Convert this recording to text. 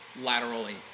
laterally